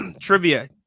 Trivia